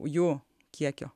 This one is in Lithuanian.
jų kiekio